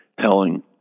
telling